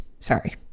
sorry